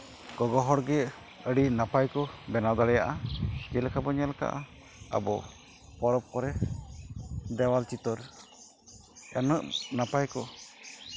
ᱜᱚᱜᱚ ᱦᱚᱲᱜᱮ ᱟᱹᱰᱤ ᱱᱟᱯᱟᱭ ᱠᱚ ᱵᱮᱱᱟᱣ ᱫᱟᱲᱮᱭᱟᱜᱼᱟ ᱪᱮᱫ ᱞᱮᱠᱟ ᱵᱚᱱ ᱧᱮᱞ ᱠᱟᱜᱼᱟ ᱟᱵᱚ ᱯᱚᱨᱚᱵᱽ ᱠᱚᱨᱮ ᱫᱮᱣᱟᱞ ᱪᱤᱛᱟᱹᱨ ᱩᱱᱟᱹᱜ ᱱᱟᱯᱟᱭ ᱠᱚ